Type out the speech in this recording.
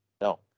No